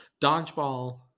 dodgeball